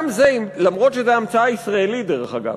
גם זה, אף-על-פי שזו המצאה ישראלית, דרך אגב.